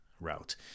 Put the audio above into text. route